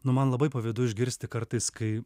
nu man labai pavydu išgirsti kartais kai